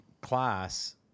class